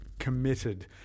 committed